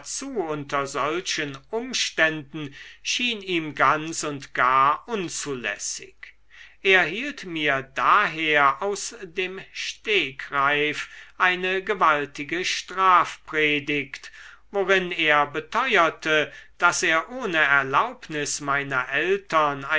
dazu unter solchen umständen schien ihm ganz und gar unzulässig er hielt mir daher aus dem stegreif eine gewaltige strafpredigt worin er beteuerte daß er ohne erlaubnis meiner eltern